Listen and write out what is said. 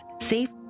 Safe